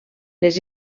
les